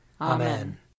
Amen